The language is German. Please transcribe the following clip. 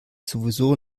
sowieso